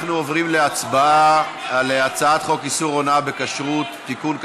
אנחנו עוברים להצבעה על הצעת חוק איסור הונאה בכשרות (תיקון,